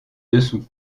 dessous